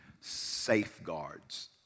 safeguards